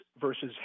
versus